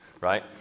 right